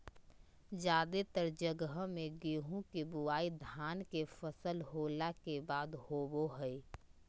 जादेतर जगह मे गेहूं के बुआई धान के फसल होला के बाद होवो हय